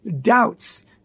doubts